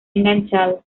enganchado